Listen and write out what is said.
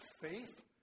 faith